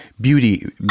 beauty